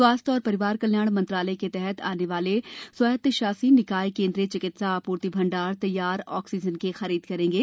स्वास्थ्य और परिवार कल्याण मंत्रालय के तहत आने वाले स्वायत्तशासी निकाय केंद्रीय चिकित्सा आपूर्ति भंडार तैयार ऑक्सीजन की खरीद करेंगे